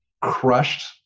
crushed